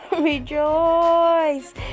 Rejoice